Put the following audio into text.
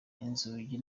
inzugi